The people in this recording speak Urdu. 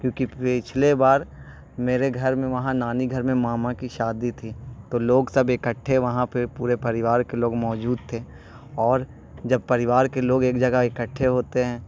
کیونکہ پچھلے بار میرے گھر میں وہاں نانی گھر میں ماما کی شادی تھی تو لوگ سب اکٹھے وہاں پہ پورے پریوار کے لوگ موجود تھے اور جب پریوار کے لوگ ایک جگہ اکٹھے ہوتے ہیں